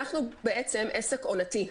אנחנו בעצם עסק עונתי.